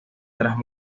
tras